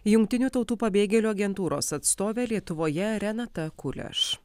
jungtinių tautų pabėgėlių agentūros atstovė lietuvoje renata kuleš